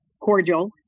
cordial